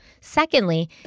Secondly